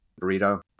burrito